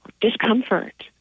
discomfort